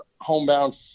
homebound